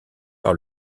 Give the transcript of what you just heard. par